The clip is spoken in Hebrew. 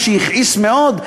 מה שהכעיס מאוד,